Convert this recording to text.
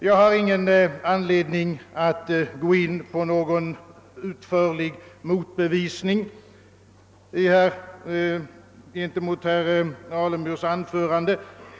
Jag har ingen anledning att gå in på någon utförlig motbevisning gentemot herr Alemyr.